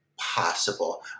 possible